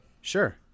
Sure